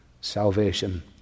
Salvation